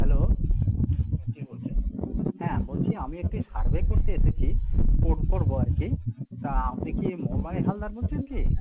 hello হ্যাঁ বলছি আমি একটি সার্ভে করতে এসেছি করবো আর কি তা আপনি কি মলয় হালদার বলছেন কি